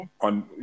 On